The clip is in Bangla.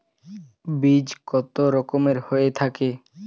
বীজ কত রকমের হয়ে থাকে?